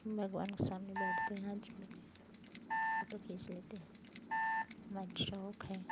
भगवान के सामने बैठते हैं हाथ जोड़कर फोटो खींच लेते हैं हमारा शौक़ है